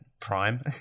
Prime